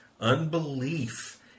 Unbelief